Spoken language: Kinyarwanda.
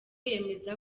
yemeza